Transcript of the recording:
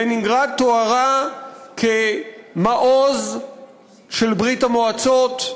לנינגרד תוארה כמעוז של ברית-המועצות,